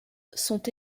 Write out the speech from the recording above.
sont